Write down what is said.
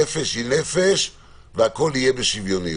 נפש היא נפש, והכול יהיה בשוויוניות.